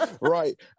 Right